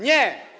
Nie.